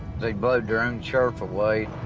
they blowed their own sheriff away.